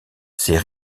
ses